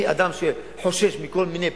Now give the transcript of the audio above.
אני אדם שחושש מכל מיני